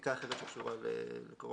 בחקיקה אחרת שקשורה לקורונה.